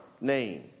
name